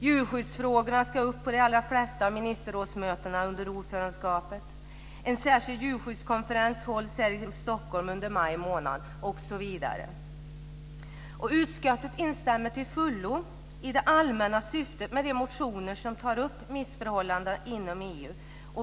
Djurskyddsfrågorna ska upp på de allra flesta av ministerrådsmötena under ordförandeskapet, en särskild djurskyddskonferens hålls här i Stockholm under maj månad osv. Utskottet instämmer till fullo i det allmänna syftet med de motioner som tar upp missförhållanden inom EU.